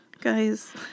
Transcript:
Guys